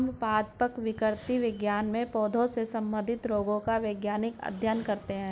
हम पादप विकृति विज्ञान में पौधों से संबंधित रोगों का वैज्ञानिक अध्ययन करते हैं